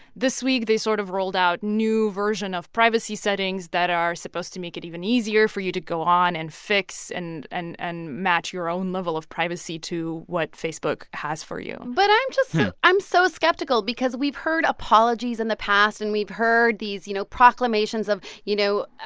this week, they sort of rolled out new version of privacy settings that are supposed to make it even easier for you to go on and fix and and and match your own level of privacy to what facebook has for you but i'm just so i'm so skeptical because we've heard apologies in the past. and we've heard these, you know, proclamations of, you know,